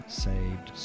saved